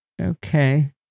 Okay